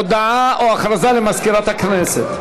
הודעה למזכירת הכנסת.